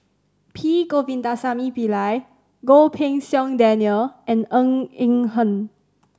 P Govindasamy Pillai Goh Pei Siong Daniel and Ng Eng Hen